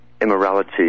immorality